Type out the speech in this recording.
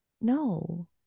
No